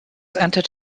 entered